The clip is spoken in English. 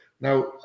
Now